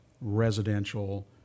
residential